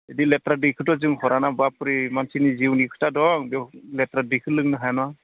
बिदि लेथ्रा दैखोथ' जों हराना बाबरे मानसिनि जिउनि खोथा दं बे लेथ्रा दैख' लोंनो हाया न